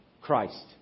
Christ